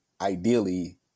ideally